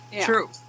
true